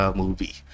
movie